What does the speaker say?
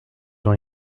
dans